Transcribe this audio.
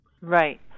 Right